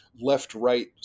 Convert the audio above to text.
left-right